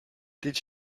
did